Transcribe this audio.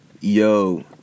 yo